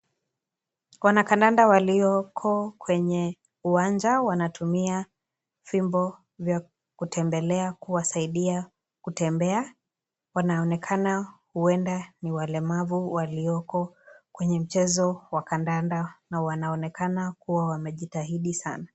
Wanakandanda walioko kwenye uwanja wanatumia fimbo vya kutembelea kuwasaidia kutembea, wanaonekana huenda ni walemavu walioko kwenye mchezo wa kandanda na wanaonekana kuwa wamejitahidi sana.